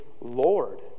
Lord